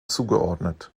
zugeordnet